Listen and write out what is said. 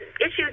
issues